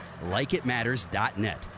LikeItMatters.net